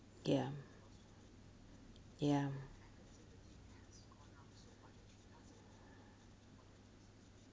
ya ya